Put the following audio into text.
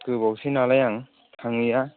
गोबाव जाबाय नालाय आं थाङैया